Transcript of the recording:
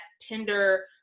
tender